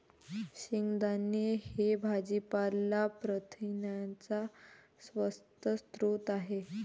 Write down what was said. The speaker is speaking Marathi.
शेंगदाणे हे भाजीपाला प्रथिनांचा स्वस्त स्रोत आहे